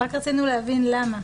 רק רצינו להבין למה.